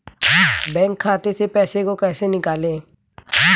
Bank खाते से पैसे को कैसे निकालें?